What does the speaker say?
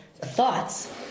thoughts